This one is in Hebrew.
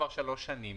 כבר שלוש שנים.